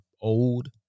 old